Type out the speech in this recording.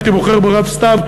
הייתי בוחר ברב סתיו,